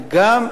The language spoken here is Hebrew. וגם תתפלאו,